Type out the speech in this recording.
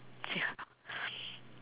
ya